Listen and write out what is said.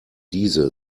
diese